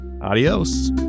Adios